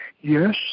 yes